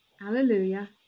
Alleluia